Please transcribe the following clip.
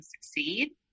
succeed